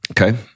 Okay